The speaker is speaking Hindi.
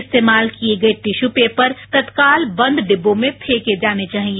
इस्तेमाल किये गये टिश्यू पेपर तत्काल बंद डिब्बों में फेंके जाने चाहिए